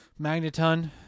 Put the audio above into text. Magneton